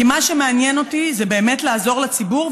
כי מה שמעניין אותי זה באמת לעזור לציבור,